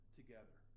together